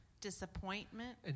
Disappointment